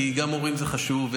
כי גם מורים זה חשוב,